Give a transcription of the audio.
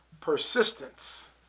persistence